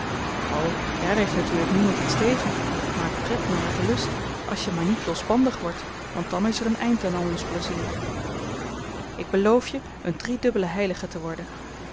o daar heeft natuurlijk niemand iets tegen maak pret naar hartelust als je maar niet losbandig wordt want dan is er een eind aan al ons plezier ik beloof je een driedubbele heilige te worden